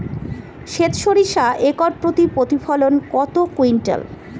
সেত সরিষা একর প্রতি প্রতিফলন কত কুইন্টাল?